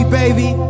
baby